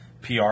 PR